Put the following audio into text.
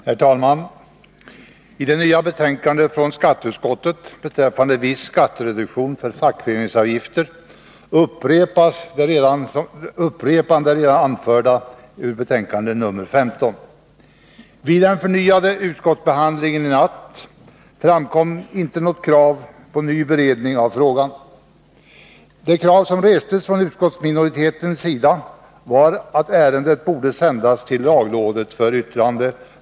Herr talman! I det nya betänkandet från skatteutskottet beträffande viss skattereduktion för fackföreningsavgifter upprepas det redan anförda från betänkande nr 15. Vid den förnyade utskottsbehandlingen i natt framkom inte något krav på ny beredning av frågan. Det krav som restes från utskottsminoritetens sida var att ärendet borde sändas till lagrådet för yttrande.